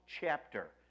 chapter